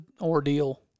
ordeal